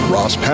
Ross